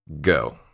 Go